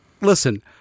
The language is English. Listen